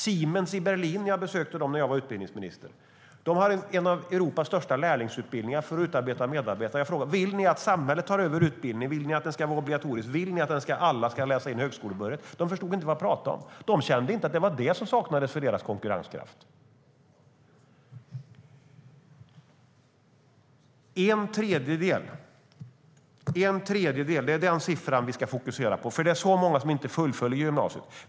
Siemens i Berlin - jag besökte dem när jag var utbildningsminister - har en av Europas största lärlingsutbildningar för att utbilda medarbetare. Jag frågade: Vill ni att samhället tar över utbildningen? Vill ni att den ska vara obligatorisk? Vill ni att alla ska läsa in högskolebehörighet? De förstod inte vad jag pratade om. De kände inte att det var vad som saknades för deras konkurrenskraft. En tredjedel - det är den siffran vi ska fokusera på, för det är så många som inte fullföljer gymnasiet.